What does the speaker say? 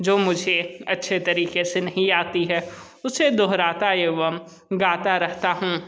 जो मुझे अच्छे तरीके से नहीं आती है उसे दोहराता एवं गाता रहता हूँ